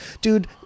Dude